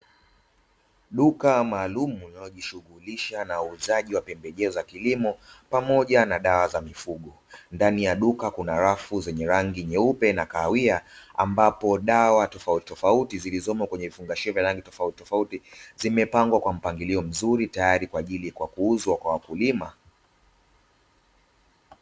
Duka maalumu linayojishughulisha na uuzaji wa pembejeo za kilimo pamoja na dawa za mifugo. Ndani ya duka kuna rafu zenye rangi nyeupe na kahawia, ambapo dawa tofauti tofauti zilizomo kwenye vifungashio vya rangi tofauti tofauti zimepangwa kwa mpangilio mzuri tayari kwa ajili kwa kuuzwa kwa wakulima.